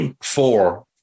four